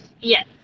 yes